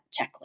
checklist